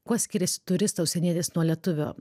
kuo skiriasi turisto užsienietis nuo lietuvio